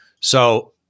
So-